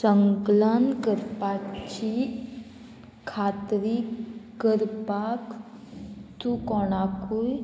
संकलन करपाची खात्री करपाक तूं कोणाकूय